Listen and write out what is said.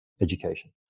education